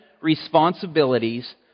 Responsibilities